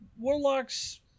Warlocks